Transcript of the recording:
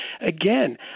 Again